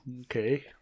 Okay